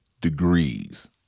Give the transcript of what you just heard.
degrees